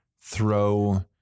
throw